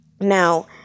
Now